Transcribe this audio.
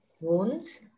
wounds